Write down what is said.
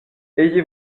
ayez